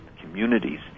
communities